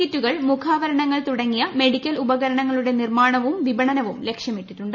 കിറ്റുകൾ മുഖാവരണങ്ങൾ തുടങ്ങിയ മെഡിക്കൽ ഉപകരണങ്ങളുടെ നിർമ്മാണവും വിപണനവും ലക്ഷ്യമിട്ടിട്ടുണ്ട്